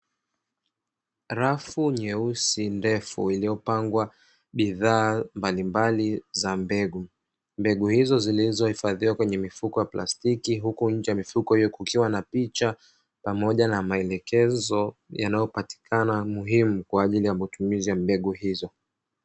Rafu nyeusi ndefu iliyopangwa bidhaa mbalimbali za mbegu. Mbegu hizo zilizohifadhiwa kwenye mifuko ya plastiki huku nje ya mifuko kukiwa na picha pamoja na maelekezo yanayopatikana, muhimu kwaajili ya matumizi ya mbegu hizo.